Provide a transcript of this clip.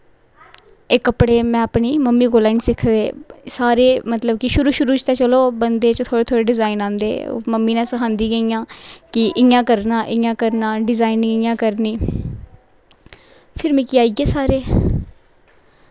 एह् कपड़े में अपनी मम्मी कोला दा न सिक्खे दे सारे मतलब कि शुरू शुरू च ते चलो बंदे च थोह्ड़े थोह्ड़े डिज़ाइन आंदे मम्मी नै सखांदी गेइयां कि इ'यां करना इ'यां करना डिज़ाइनिंग इ'यां करनी फिर मिगी आई गे सारे